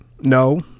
no